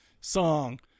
song